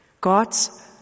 God's